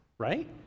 right